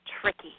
Tricky